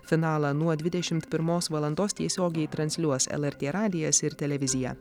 finalą nuo dvidešimt pirmos valandos tiesiogiai transliuos lrt radijas ir televizija